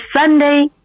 Sunday